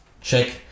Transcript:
Check